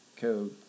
code